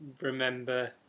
remember